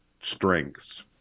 strengths